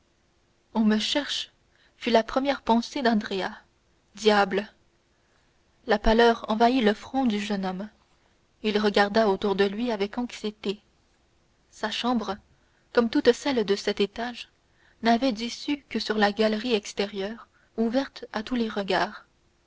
on me cherche fut la première pensée d'andrea diable la pâleur envahit le front du jeune homme il regarda autour de lui avec anxiété sa chambre comme toutes celles de cet étage n'avait d'issue que sur la galerie extérieure ouverte à tous les regards